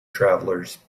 travelers